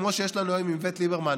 כמו שיש לנו היום עם איווט ליברמן,